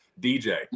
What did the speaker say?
DJ